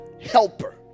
helper